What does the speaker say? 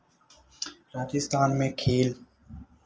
राजस्थान में खेल